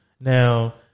Now